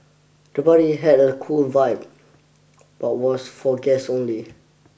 the party had a cool vibe but was for guests only